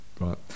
Right